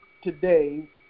today